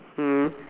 mm